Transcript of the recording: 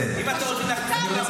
אם אתה רוצה --- בסדר.